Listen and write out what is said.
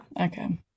Okay